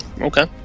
Okay